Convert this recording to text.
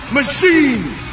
machines